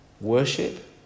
Worship